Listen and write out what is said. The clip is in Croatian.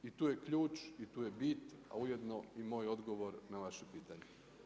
I tu je ključ i tu je bit a ujedno i moj odgovor na vaše pitanje.